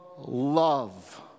love